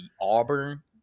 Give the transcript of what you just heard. Auburn